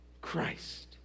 Christ